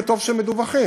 וטוב שהם מדווחים.